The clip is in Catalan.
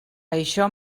això